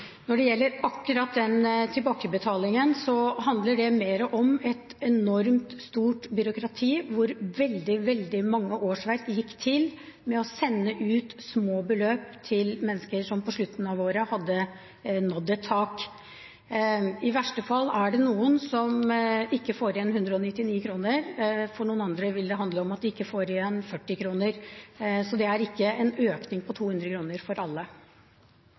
Når det gjelder akkurat den tilbakebetalingen, så handler det mer om et enormt stort byråkrati, hvor veldig mange årsverk gikk med til å sende ut små beløp til mennesker, som på slutten av året hadde nådd et tak. I verste fall er det noen som ikke får igjen 199 kr. For noen andre vil det handle om at de ikke får igjen 40 kr. Så det er ikke en økning på 200 kr for alle.